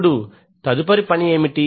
ఇప్పుడు తదుపరి పని ఏమిటి